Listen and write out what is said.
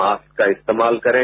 mask का इस्तेमाल करें